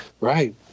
right